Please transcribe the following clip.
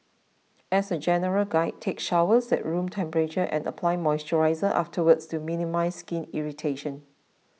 as a general guide take showers at room temperature and apply moisturiser afterwards to minimise skin irritation